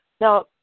Now